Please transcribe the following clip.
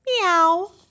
Meow